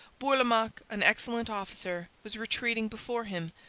bourlamaque, an excellent officer, was retreating before him,